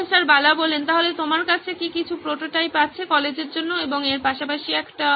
professor Bala তাহলে তোমার কাছে কি কিছু প্রোটোটাইপ আছে কলেজের জন্য এবং এর পাশাপাশি একটি